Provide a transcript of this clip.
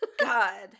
God